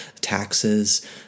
taxes